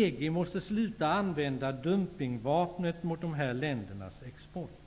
EG måste sluta att använda dumpningsvapnet mot dessa länders export.